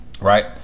right